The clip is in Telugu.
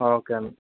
ఓకే అండి